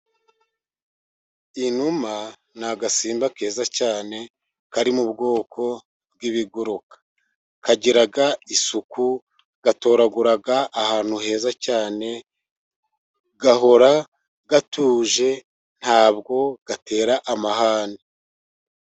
Inuma ni agasimba keza cyane kari mu bwoko bw'ibiguruka, kagira isuku gatoragura ahantu heza cyane, gahora gatuje ntabwo gatera amahane.